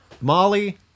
Molly